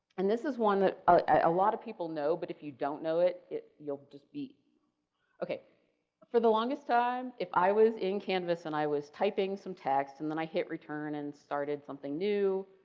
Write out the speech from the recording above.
and this is one that a lot of people know, but if you don't know it, you'll just be okay for the longest time, if i was in canvas and i was typing some text and then i hit return and started something new,